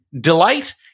delight